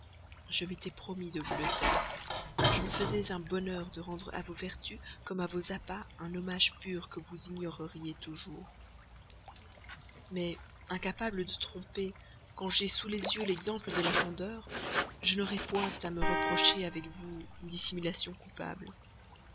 je m'étais promis de vous le taire je me faisais un bonheur de rendre à vos vertus comme à vos appas un hommage pur que vous ignoreriez toujours mais incapable de tromper quand j'ai sous les yeux l'exemple de la candeur je n'aurai point à me reprocher vis-à-vis de vous une dissimulation coupable